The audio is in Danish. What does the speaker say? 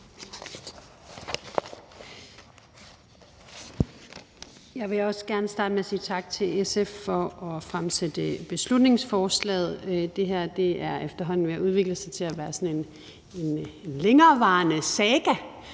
Jeg vil også gerne starte med at sige tak til SF for at fremsætte beslutningsforslaget. Det her er efterhånden ved at udvikle sig til at være sådan en længerevarende saga